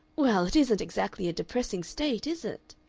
well, it isn't exactly a depressing state, is it?